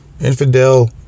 Infidel